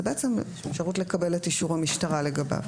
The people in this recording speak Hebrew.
בעצם אפשרות לקבל את אישור המשטרה לגביו.